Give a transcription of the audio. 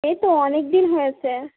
এই তো অনেক দিন হয়েছে